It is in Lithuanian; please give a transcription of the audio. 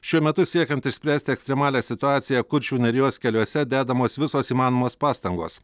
šiuo metu siekiant išspręsti ekstremalią situaciją kuršių nerijos keliuose dedamos visos įmanomos pastangos